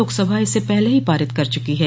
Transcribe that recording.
लोकसभा इसे पहले ही पारित कर चुकी है